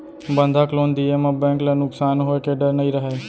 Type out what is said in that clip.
बंधक लोन दिये म बेंक ल नुकसान होए के डर नई रहय